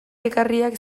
ekarriak